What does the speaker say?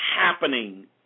happening